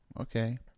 Okay